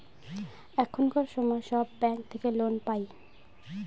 এখনকার সময় সব ব্যাঙ্ক থেকে পার্সোনাল লোন পাই